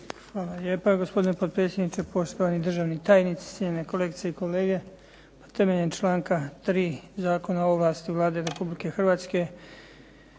Hvala lijepa. Gospodine potpredsjedniče, poštovani državni tajnici, cijenjene kolegice i kolege. Temeljem članka 3. Zakona o ovlasti Vlade Republike Hrvatske